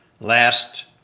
Last